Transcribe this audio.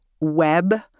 web